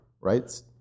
right